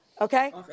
okay